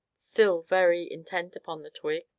still very, intent upon the twig,